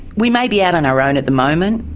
we may be out on our own at the moment,